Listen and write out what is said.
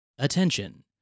attention